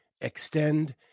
Extend